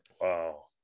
wow